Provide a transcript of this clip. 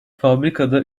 fabrikada